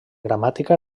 gramàtica